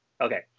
okay